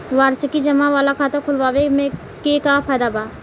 वार्षिकी जमा वाला खाता खोलवावे के का फायदा बा?